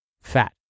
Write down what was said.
fat